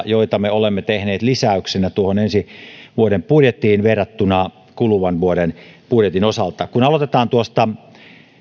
joita me olemme tehneet ensi vuoden budjettiin lisäyksinä verrattuna kuluvan vuoden budjettiin aloitetaan tuosta